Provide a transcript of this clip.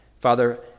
Father